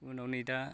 उनाव नै दा